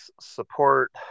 support